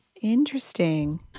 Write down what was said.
Interesting